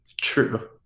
True